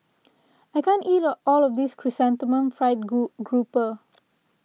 I can't eat all of this Chrysanthemum Fried Group Grouper